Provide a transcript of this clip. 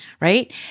right